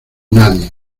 nadie